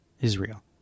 Israel